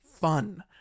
fun